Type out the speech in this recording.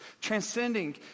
transcending